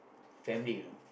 family you know